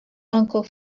uncle